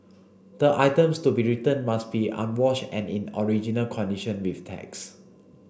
the items to be returned must be unwashed and in original condition with tags